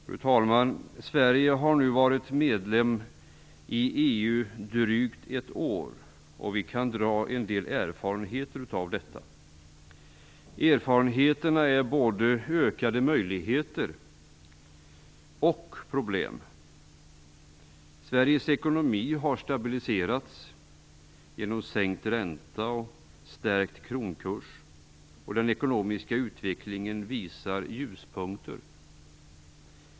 Fru talman! Sverige har nu varit medlem i EU drygt ett år, och vi kan dra en del erfarenheter av detta. Erfarenheterna är både ökade möjligheter och problem. Sveriges ekonomi har stabiliserats genom sänkt ränta och stärkt kronkurs, och den ekonomiska utvecklingen visar ljuspunkter.